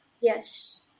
Yes